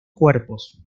cuerpos